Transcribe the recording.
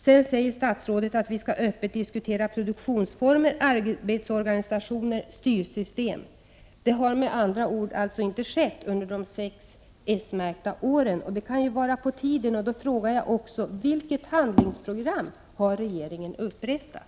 Sedan säger statsrådet att vi öppet skall diskutera produktionsformer, arbetsorganisation och styrsystem. Det har alltså med andra ord inte skett under de sex s-åren. Då kan det vara på tiden, och då frågar jag också: Vilket handlingsprogram har regeringen upprättat?